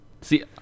See